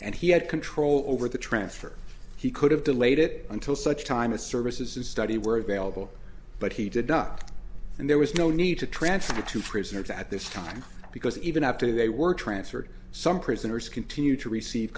and he had control over the transfer he could have delayed it until such time as services and study were available but he did up and there was no need to transfer to prisoners at this time because even after they were transferred some prisoners continue to receive